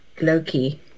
Loki